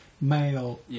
male